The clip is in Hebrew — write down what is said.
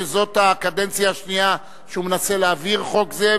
שזאת הקדנציה השנייה שהוא מנסה להעביר חוק זה,